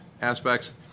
aspects